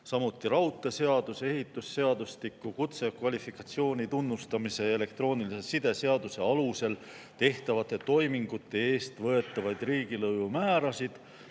samuti raudteeseaduse ja ehitusseadustiku, kutsekvalifikatsiooni tunnustamise ja elektroonilise side seaduse alusel tehtavate toimingute eest võetavaid riigilõivumäärasid,